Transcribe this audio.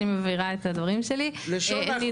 אני מבהירה את הדברים שלי: בראייה ארוכת